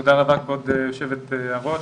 תודה רבה לכבוד היושבת ראש.